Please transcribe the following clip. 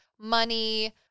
money